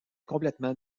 complètement